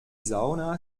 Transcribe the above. sauna